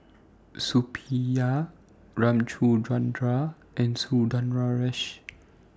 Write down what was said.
Suppiah Ramchundra and Sundaresh